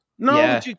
No